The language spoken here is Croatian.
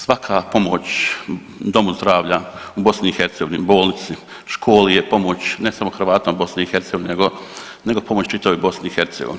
Svaka pomoć domu zdravlja u BiH, bolnici, školi je pomoć ne samo Hrvatima BiH nego pomoć čitavoj BiH.